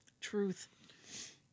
Truth